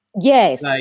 Yes